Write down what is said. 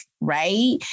right